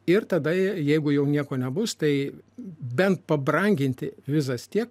ir tada jeigu jau nieko nebus tai bent pabranginti vizas tiek